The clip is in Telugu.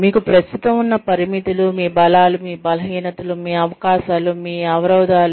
మీకు ప్రస్తుతం ఉన్న పరిమితులు మీ బలాలు మీ బలహీనతలు మీ అవకాశాలు మీ అవరోధాలు